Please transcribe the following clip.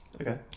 okay